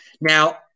Now